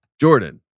Jordan